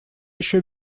еще